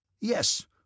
Yes